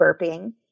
burping